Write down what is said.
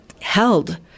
held